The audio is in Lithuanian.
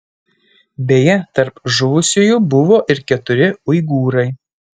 beje tarp žuvusiųjų buvo ir keturi uigūrai